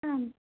आम्